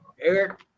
eric